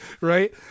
Right